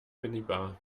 minibar